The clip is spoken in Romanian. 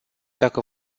dacă